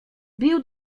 bił